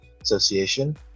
Association